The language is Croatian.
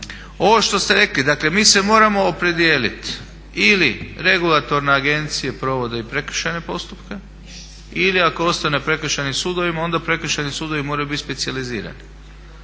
Ovo što ste rekli, dakle mi se moramo opredijeliti ili regulatorne agencije provode i prekršajne postupke ili ako ostane prekršajnim sudovima onda prekršajni sudovi moraju biti specijalizirani